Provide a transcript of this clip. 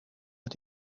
het